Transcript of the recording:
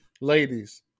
ladies